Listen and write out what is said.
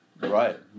Right